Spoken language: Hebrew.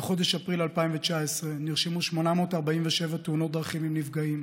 בחודש אפריל 2019 נרשמו 847 תאונות דרכים עם נפגעים,